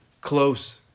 close